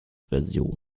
version